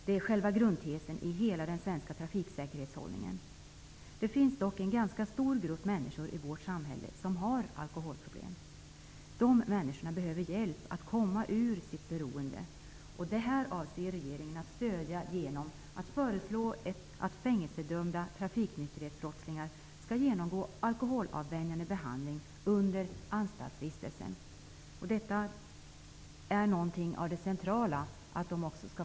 Det är själva grundtesen i hela den svenska trafiksäkerhetshållningen. Det finns dock en ganska stor grupp människor i vårt samhälle som har alkoholproblem. De människorna behöver hjälp med att komma ur sitt beroende, och detta avser regeringen att stödja genom att föreslå att fängelsedömda trafiknykterhetsbrottslingar skall genomgå alkoholavvänjande behandling under anstaltsvistelsen. Att de skall få stöd och hjälp är något av det centrala.